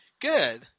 Good